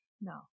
No